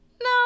no